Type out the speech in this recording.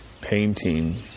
painting